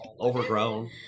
Overgrown